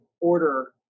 order